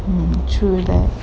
mm true lah